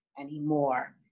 anymore